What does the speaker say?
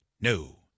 No